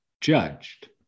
judged